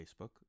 Facebook